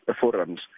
forums